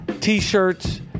t-shirts